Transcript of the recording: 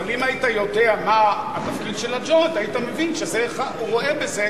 אבל אם היית יודע מה התפקיד של ה"ג'וינט" היית מבין שהוא רואה בזה,